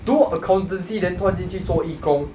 读 accountancy then 突然间做义工